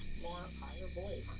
higher voice.